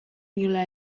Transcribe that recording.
inola